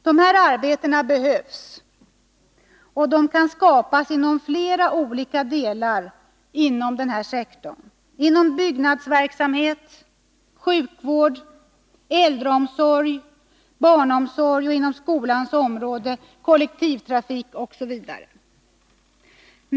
Dessa arbeten behövs och kan skapas inom flera olika delar av den offentliga sektorn: inom byggnadsverksamhet, sjukvård, äldreomsorg, barnomsorg, kollektivtrafik, skolans område osv.